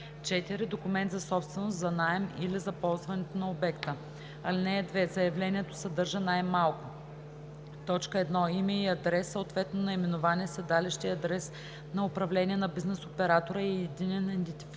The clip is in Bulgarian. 4. документ за собственост, за наем или за ползване на обекта. (2) Заявлението съдържа най-малко: 1. име и адрес, съответно наименование, седалище и адрес на управление на бизнес оператора и единен идентификационен